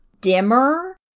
dimmer